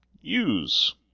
use